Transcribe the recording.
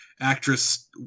actress